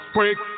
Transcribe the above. Break